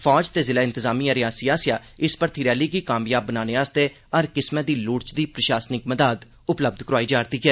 फौज ते जिला इंतजामियां रियासी आस्सेआ इस भर्थी रैली गी कामाब बनाने लेई हर किस्मै दी लोड़चदी प्रशासनिक मदाद उपलब्ध करोआई जा'रदी ऐ